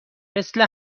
مثل